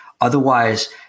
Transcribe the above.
Otherwise